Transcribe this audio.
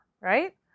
Right